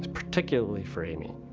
particularly for amy.